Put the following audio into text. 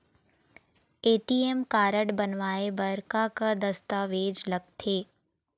ATM card बनवाए बर का का दस्तावेज लगथे?